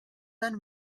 than